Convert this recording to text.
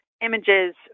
images